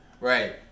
Right